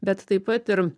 bet taip pat ir